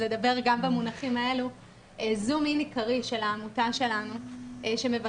אז לדבר גם במונחים האלה - זום-אין עיקרי של העמותה שלנו שמבקשת